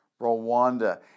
Rwanda